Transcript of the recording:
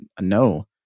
no